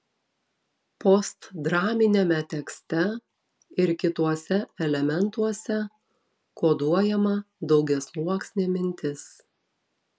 postdraminiame tekste ir kituose elementuose koduojama daugiasluoksnė mintis